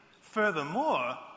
Furthermore